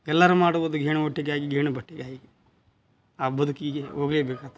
ಎಲ್ಲರೂ ಮಾಡುವುದು ಗೇಣು ಹೊಟ್ಟೆಗಾಗಿ ಗೇಣು ಬಟ್ಟೆಗಾಗಿ ಆ ಬದುಕಿಗೆ ಹೋಗ್ಲೇಬೇಕಾತ